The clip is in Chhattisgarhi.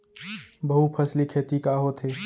बहुफसली खेती का होथे?